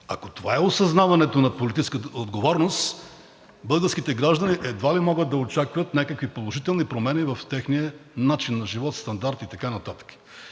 Ако това е осъзнаването на политическата отговорност, българските граждани едва ли могат да очакват някакви положителни промени в техния начин на живот, стандарт и така нататък.